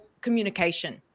communication